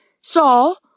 Saul